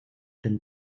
dem